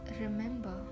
remember